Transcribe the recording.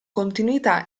continuità